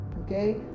Okay